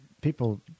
people